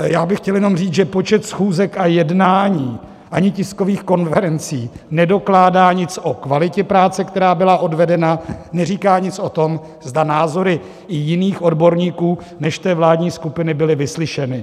Já bych chtěl jenom říct, že počet schůzek a jednání ani tiskových konferencí nedokládá nic o kvalitě práce, která byla odvedena, neříká nic o tom, zda názory i jiných odborníků než té vládní skupiny byly vyslyšeny.